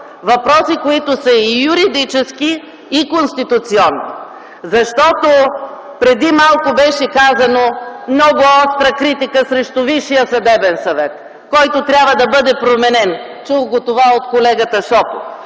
въпроси, които са и юридически, и конституционни. Преди малко беше изказана много остра критика срещу Висшия съдебен съвет, който трябва да бъде променен – чух това от колегата Шопов.